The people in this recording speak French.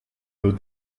nos